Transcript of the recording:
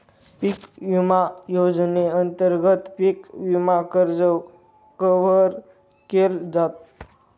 पिक विमा योजनेअंतर्गत पिक विमा कर्ज कव्हर केल जात